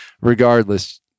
regardless